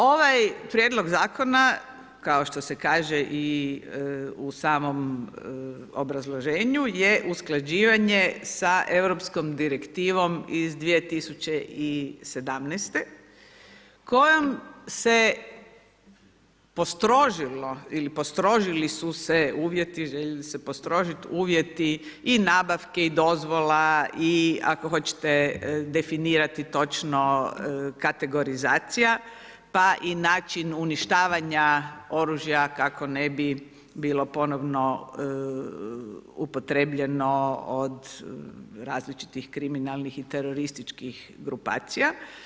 Ovaj Prijedlog zakona kao što se kaže i u samom obrazloženju je usklađivanje sa europskom direktivom iz 2017. kojom se postrožilo ili postrožili su se uvjeti, žele se postrožiti uvjeti, i nabavke i dozvola, i ako hoćete definirati točno kategorizacija, pa i način uništavanja oružja kako ne bi bilo ponovno upotrijebljeno od različitih kriminalnih i terorističkih grupacija.